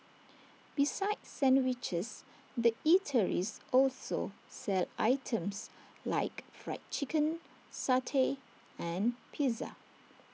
besides sandwiches the eateries also sell items like Fried Chicken satay and pizza